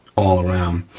all around.